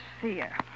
fear